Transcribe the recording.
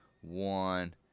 one